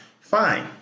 Fine